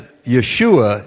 Yeshua